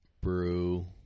Brew